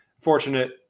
fortunate